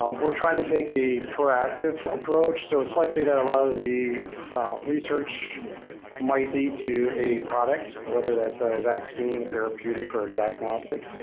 um we're trying to take a proactive approach. so it's likely that a lot of the research might lead to a product whether that's a vaccine, a therapeutic or diagnostic.